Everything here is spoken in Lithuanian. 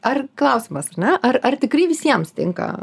ar klausimas ar ne ar ar tikrai visiems tinka